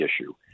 issue